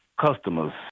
customers